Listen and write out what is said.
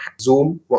Zoom